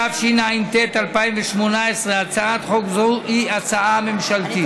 התשע"ט 2018. הצעת חוק זו היא הצעת חוק ממשלתית,